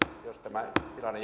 jos tämä tilanne